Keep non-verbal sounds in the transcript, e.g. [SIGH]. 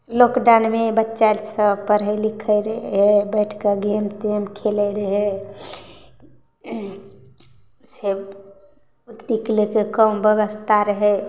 लॉकडाउनमे बच्चा सब पढ़य लिखय रहय बैठकऽ गेम तेम खेलय रहय से [UNINTELLIGIBLE] इके लैके कम व्यवस्था रहय